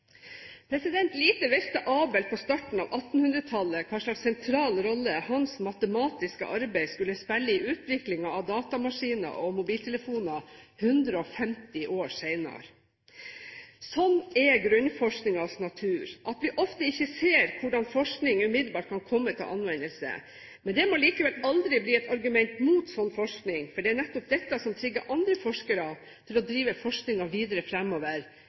Lite visste Abel på starten av 1800-tallet hvilken sentral rolle hans matematiske arbeid skulle spille i utviklingen av datamaskiner og mobiltelefoner 150 år senere. Slik er grunnforskningens natur, at vi ofte ikke ser hvordan forskningen umiddelbart kan komme til anvendelse. Men det må likevel aldri bli et argument mot slik forskning, for det er nettopp dette som trigger andre forskere til å drive forskningen videre fremover